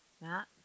Matt